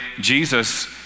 Jesus